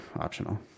optional